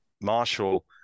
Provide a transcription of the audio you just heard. Marshall